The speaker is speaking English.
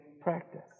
practice